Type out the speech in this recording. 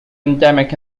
endemic